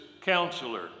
counselor